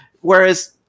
Whereas